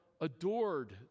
adored